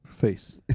face